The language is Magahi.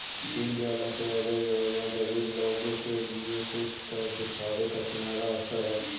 दीनदयाल अंत्योदय योजना गरीब लोगों के लिए कुछ कर दिखावे का सुनहरा अवसर हई